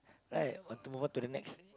right want to move on to the next